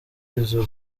izo